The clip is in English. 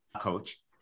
coach